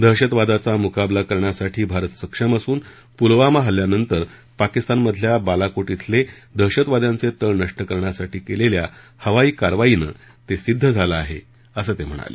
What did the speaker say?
दहशतवादाचा मुकाबला करण्यासाठी भारत सक्षम असून पुलवामा हल्ल्यानंतर पाकिस्तानमधल्या बालाकोट इथले दहशतवाद्यांचे तळ नष्ट करण्यासाठी केलेल्या हवाई कारवाईनं ते सिद्ध झालं आहे असं ते म्हणाले